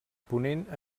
ponent